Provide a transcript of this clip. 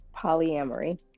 Polyamory